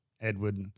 Edward